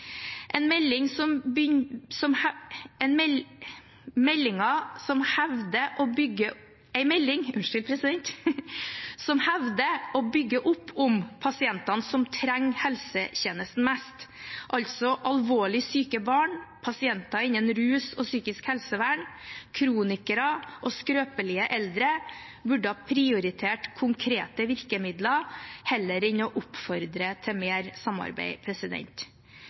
en melding som hevder å bygge opp om pasientene som trenger helsetjenesten mest, altså alvorlig syke barn, pasienter innen rus og psykisk helsevern, kronikere og skrøpelige eldre, burde en ha prioritert konkrete virkemidler heller enn å oppfordre til mer samarbeid.